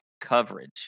coverage